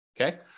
Okay